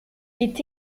est